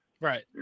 Right